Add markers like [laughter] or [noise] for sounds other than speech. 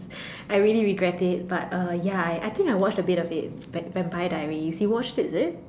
[breath] I really regret it but uh ya I I think I watched a bit of it Vam~ Vampire Diaries you watched it is it